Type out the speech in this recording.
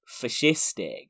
fascistic